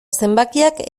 zenbakiak